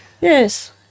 Yes